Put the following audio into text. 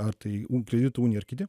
ar tai kredito unija ar kiti